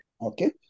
Okay